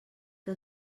que